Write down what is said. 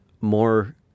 more